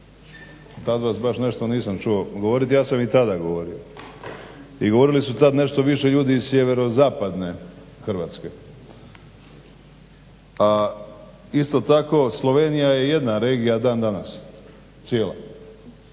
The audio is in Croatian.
tad vas baš nešto nisam čuo govoriti. Ja sam i tada govorio i govorili su tad nešto više ljudi iz sjeverozapadne Hrvatske. A isto tako Slovenija je jedna regija dan danas, cijela.